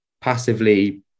passively